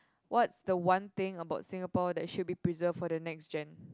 what's the one thing about Singapore that should be preserved for the next Gen